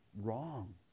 wrong